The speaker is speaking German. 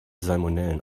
salmonellen